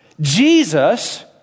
Jesus